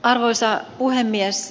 arvoisa puhemies